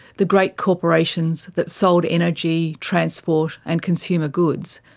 the great corporations that sold energy, transport and consumer goods,